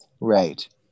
Right